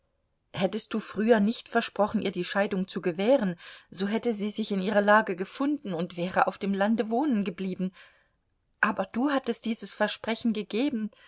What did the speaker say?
hättest du früher nicht versprochen ihr die scheidung zu gewähren so hätte sie sich in ihre lage gefunden und wäre auf dem lande wohnen geblieben aber du hattest dieses versprechen gegeben